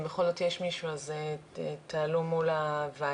אם בכל זאת יש מישהו, אז תעלו מול הוועדה.